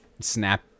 snap